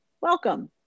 Welcome